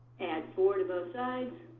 add four to both sides,